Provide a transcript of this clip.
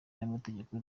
n’amategeko